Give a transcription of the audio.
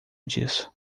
disso